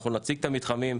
אנחנו נציג את המתחמים.